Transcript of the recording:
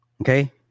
Okay